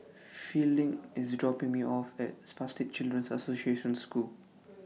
Fielding IS dropping Me off At Spastic Children's Association School